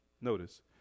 Notice